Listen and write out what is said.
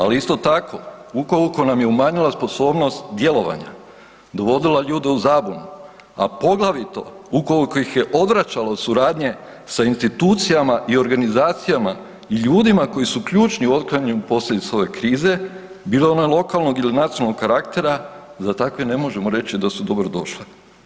Ali isto tako ukoliko nam je umanjila sposobnost djelovanja, dovodila ljude u zabunu, a poglavito ukoliko ih je odvraćala od suradnje sa institucijama i organizacijama i ljudima koji su ključni u otklanjanju posljedica ove krize bilo one lokalnog ili nacionalnog karaktera za takve ne možemo reći da su dobrodošle.